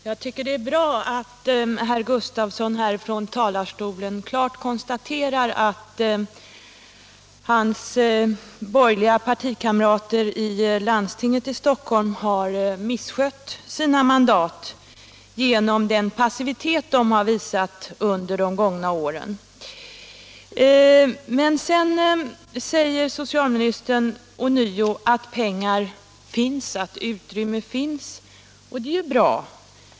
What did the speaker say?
Herr talman! Jag tycker att det är bra att socialministern här från talarstolen klart konstaterar att hans borgerliga partikamrater i landstinget i Stockholm har misskött sina mandat genom den passivitet de har visat under de gångna åren. Socialministern säger vidare att pengar finns och att utrymme finns, och det är också bra.